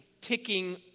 ticking